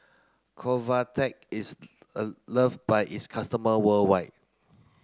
Convatec is a love by its customer worldwide